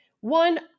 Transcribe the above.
One